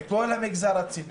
בכל המגזר הציבורי,